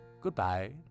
Goodbye